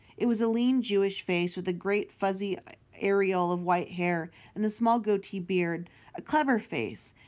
it was a lean jewish face, with a great fuzzy aureole of white hair and a small goatee beard a clever face,